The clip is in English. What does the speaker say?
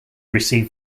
received